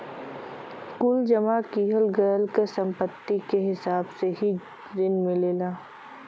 कुल जमा किहल गयल के सम्पत्ति के हिसाब से ही रिन मिलला